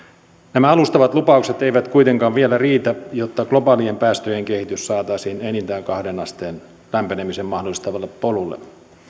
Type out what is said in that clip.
nämä alustavat lupaukset eivät kuitenkaan vielä riitä jotta globaalien päästöjen kehitys saataisiin enintään kahteen asteen lämpenemisen mahdollistavalle polulle